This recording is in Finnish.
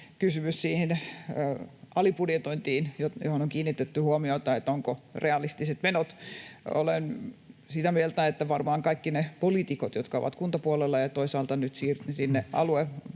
kysymys alibudjetointiin, johon on kiinnitetty huomiota, ovatko menot realistiset: Olen sitä mieltä, että varmaan kaikki ne poliitikot, jotka ovat kuntapuolella ja toisaalta nyt sinne aluevaaleihin